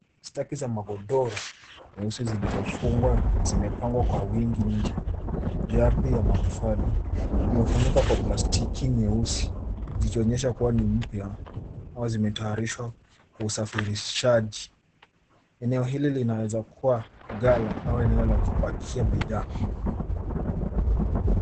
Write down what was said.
Staki za magodoro nyeusi zilizofungwa zimepangwa kwa wingi nje juu ya ardhi ya matofali, imefunikwa kwa plastiki nyeusi zikionyesha kuwa ni mpya ama zimetayarishwa kwa usafirishaji. Eneo hili linaweza kuwa gala au eneo la kupakia bidhaa.